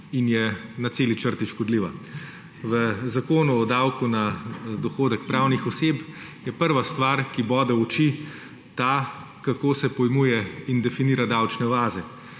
in je na celi črti škodljiva. V zakonu o davku na dohodek pravnih oseb je prva stvar, ki bode v oči, ta, kako se pojmuje in definirajo davčne oaze.